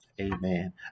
Amen